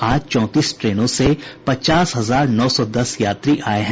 आज चौंतीस ट्रेनों से पचास हजार नौ सौ दस यात्री आये हैं